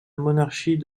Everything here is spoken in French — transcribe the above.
monarchie